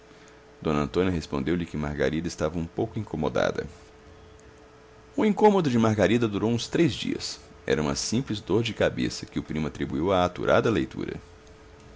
doente d antônia respondeu-lhe que margarida estava um pouco incomodada o incômodo de margarida durou uns três dias era uma simples dor de cabeça que o primo atribuiu à aturada leitura